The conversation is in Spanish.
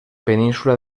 península